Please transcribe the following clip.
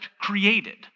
created